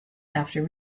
after